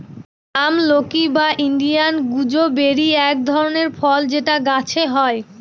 আমলকি বা Indian gooseberry এক ধরনের ফল যেটা গাছে হয়